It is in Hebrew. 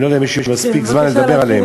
אני לא יודע אם יש לי מספיק זמן לדבר עליהם.